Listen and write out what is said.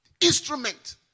instrument